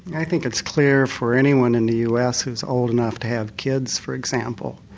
i think it's clear for anyone in the us who's old enough to have kids, for example,